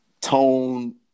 tone